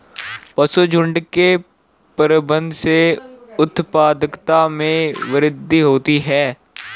पशुझुण्ड के प्रबंधन से उत्पादकता में वृद्धि होती है